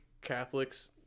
Catholics